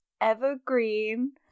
Evergreen